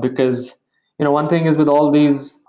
because one thing is with all these